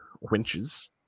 winches